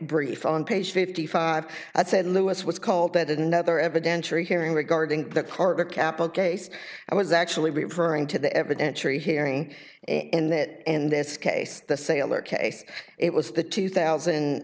brief on page fifty five that said lewis was called at another evidentiary hearing regarding the carver capital case i was actually referring to the evidence or hearing and that in this case the sailor case it was the two thousand